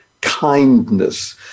Kindness